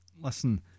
Listen